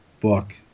book